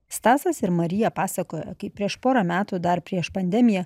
stasas ir marija pasakoja kaip prieš porą metų dar prieš pandemiją